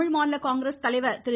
தமிழ் மாநில காங்கிரஸ் தலைவர் திரு